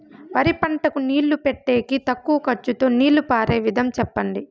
వరి పంటకు నీళ్లు పెట్టేకి తక్కువ ఖర్చుతో నీళ్లు పారే విధం చెప్పండి?